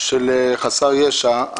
בנושא חסר ישע.